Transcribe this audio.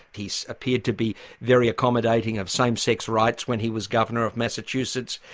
he's appeared to be very accommodating of same sex rights when he was governor of massachusetts.